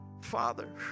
Father